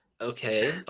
okay